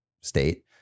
state